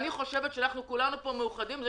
אני חושבת שאנחנו כולנו פה מאוחדים בזה